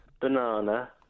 banana